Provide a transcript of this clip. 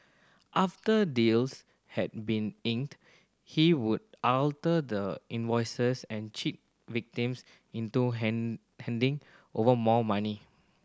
after deals had been inked he would alter the invoices and cheat victims into hand handing over more money